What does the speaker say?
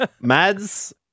Mads